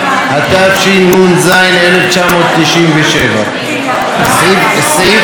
התשנ"ז 1997, מה עם מיזוג רשת ו-10, אדוני השר?